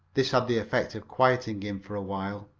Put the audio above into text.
this had the effect of quieting him for a while.